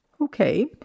Okay